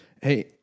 Hey